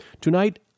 Tonight